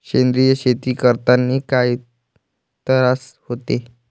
सेंद्रिय शेती करतांनी काय तरास होते?